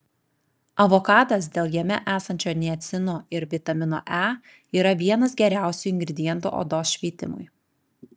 avokadas dėl jame esančio niacino ir vitamino e yra vienas geriausių ingredientų odos šveitimui